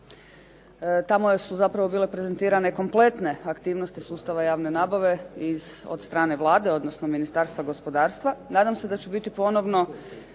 tamo su zapravo bile prezentirane kompletne aktivnosti sustava javne nabave od strane Vlade, odnosno Ministarstva gospodarstva, nadam se da ću biti ponovno